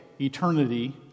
eternity